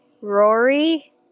Rory